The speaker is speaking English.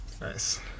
Nice